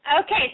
Okay